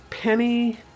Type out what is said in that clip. Penny